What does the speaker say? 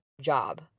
job